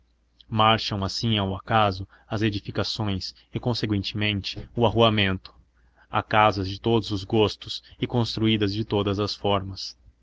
marcham assim ao acaso as edificações e conseguintemente o arruamento há casas de todos os gostos e construídas de todas as formas